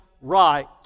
right